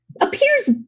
appears